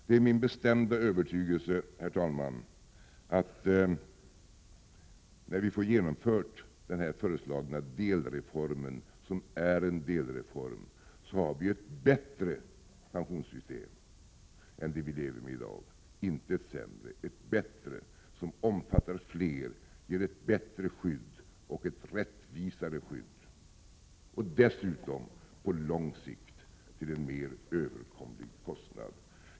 Det är min bestämda övertygelse, herr talman, att när vi får genomförd den föreslagna delreformen — det är en delreform — har vi ett bättre pensionssystem än det vi har i dag, ett system som omfattar fler, ger ett bättre skydd, rättvisare skydd och dessutom på lång sikt till en mer överkomlig kostnad.